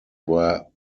were